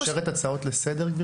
את מאשרת הצעות לסדר?